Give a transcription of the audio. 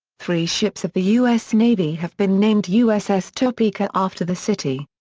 three ships of the u s. navy have been named uss topeka after the city.